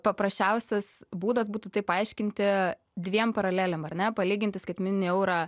paprasčiausias būdas būtų tai paaiškinti dviem paralelėm ar ne palyginti skaitmeninį eurą